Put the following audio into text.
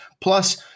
Plus